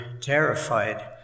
terrified